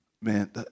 Man